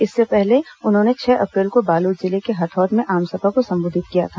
इससे पहले उन्होंने छह अप्रैल को बालोद जिले के हथौद में आमसभा को संबोधित किया था